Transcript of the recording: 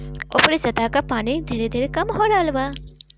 ऊपरी सतह कअ पानी धीरे धीरे कम हो रहल बा